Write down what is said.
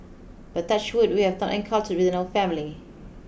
but touch wood we have not encountered within our family